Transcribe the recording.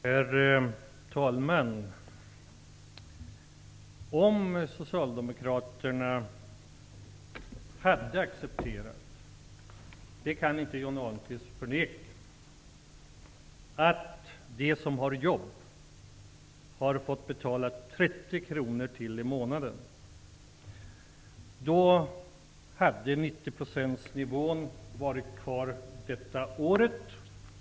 Herr talman! Om Socialdemokraterna hade accepterat att de som har jobb fick betala ytterligare 30 kr i månaden, hade 90-procentsnivån varit kvar detta år.